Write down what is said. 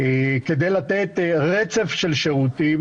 כדי לתת רצף של שירותים